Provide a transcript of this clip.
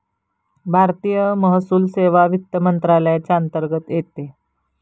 भारतीय महसूल सेवा वित्त मंत्रालयाच्या अंतर्गत येते